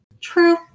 True